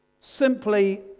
simply